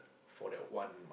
for that one